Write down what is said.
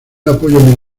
apoyo